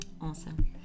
Awesome